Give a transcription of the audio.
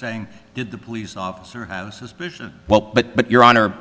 saying did the police officer houses well but but your honor